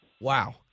Wow